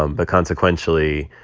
um but consequentially,